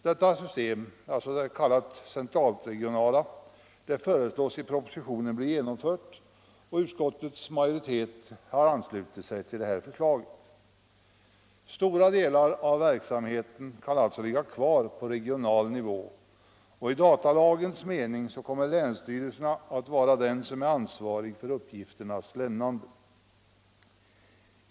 Detta system — kallat det central/regionala systemet — föreslås i propositionen bli genomfört, och utskottets majoritet har anslutit sig till detta förslag. 149 Stora delar av verksamheten kan alltså ligga kvar på regional nivå, och i datalagens mening kommer länsstyrelserna att vara ansvariga för uppgifternas lämnande.